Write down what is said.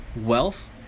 wealth